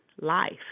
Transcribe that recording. life